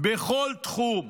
בכל תחום,